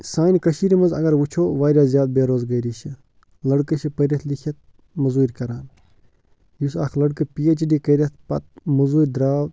سانہِ کٔشیٖرِ منٛز اگر وٕچھو واریاہ زیادٕ بے روزگٲری چھِ لٔڑکہٕ چھِ پٔرِتھ لِکِتھ مٔزوٗرۍ کَران یُس اَکھ لٔڑکہٕ پی اٮ۪چ ڈی کٔرِتھ پتہٕ مُزوٗرۍ درٛاو